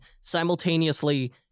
simultaneously